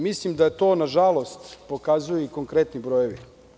Mislim da to nažalost pokazuju i konkretni brojevi.